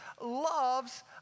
loves